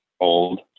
old